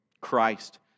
Christ